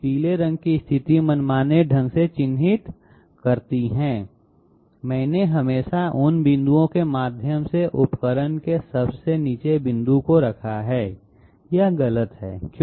पीले रंग की स्थिति मनमाने ढंग से चिह्नित करती है मैंने हमेशा इन बिंदुओं के माध्यम से उपकरण के सबसे नीचे बिंदु को रखा है यह गलत है क्यों